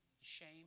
shame